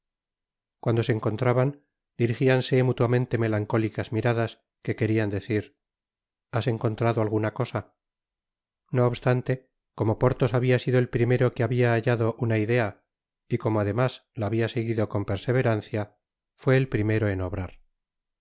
cuando se encontraban dirijlanse mutuamente melancólicas miradas que querían decir has encontrado alguna cosa no obstante como porthos habia sido el primero que habia hallado una idea y como además la habia seguido con perseverancia fué el primero en obrar no